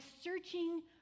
searching